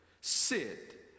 sit